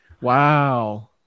Wow